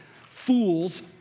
fools